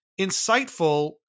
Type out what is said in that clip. insightful